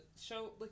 show